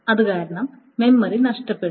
അതുകാരണം മെമ്മറി നഷ്ടപ്പെടും